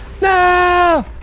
No